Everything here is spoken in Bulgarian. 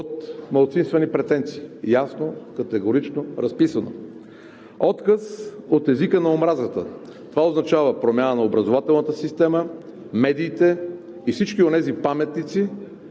от малцинствени претенции – ясно, категорично разписани; отказ от езика на омразата. Това означава промяна на образователната система, медиите и всички онези паметници,